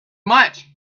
much